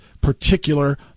particular